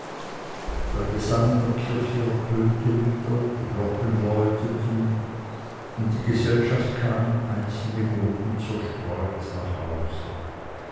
der gesang in der kirche ertönte wieder die glocken läuteten und die gesellschaft kam in einzelnen gruppen zerstreut nach hause